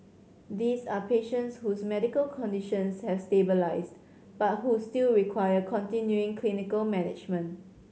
these are patients whose medical conditions has stabilised but who still require continuing clinical management